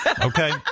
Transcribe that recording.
Okay